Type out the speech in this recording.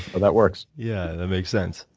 that works. yeah, that makes sense.